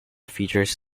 features